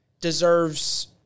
deserves